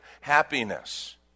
happiness